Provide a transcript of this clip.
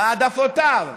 העדפותיו המיניות,